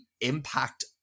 impact